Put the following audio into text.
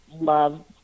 love